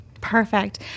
Perfect